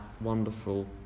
wonderful